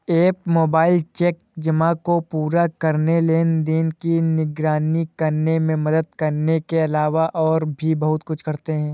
app mobile check जमा को पूरा करने, लेनदेन की निगरानी करने में मदद करने के अलावा और भी बहुत कुछ करते हैं